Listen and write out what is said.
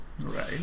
right